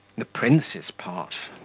the prince's part.